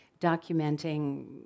documenting